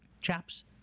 chaps